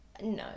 No